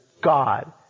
God